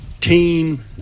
Team